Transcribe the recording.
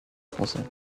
français